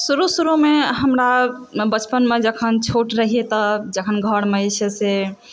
शुरू शुरूमे हमरा बचपनमे जखन छोट रहिऐ तऽ जखन घरमे जे छै से